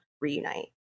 reunite